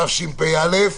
התשפ"א-2020.